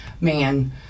man